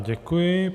Děkuji.